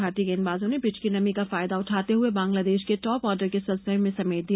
भारतीय गेंदबाजों ने पिच की नमी का फायदा उठाते हए बांग्लादेश के टॉप ऑर्डर को सस्ते में समेट दिया